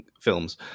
films